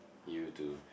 you to